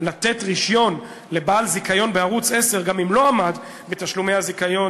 לתת רישיון לבעל זיכיון בערוץ 10 גם אם לא עמד בתשלומי הזיכיון,